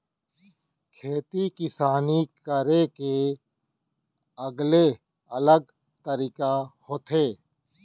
खेती किसानी करे के अलगे अलग तरीका होथे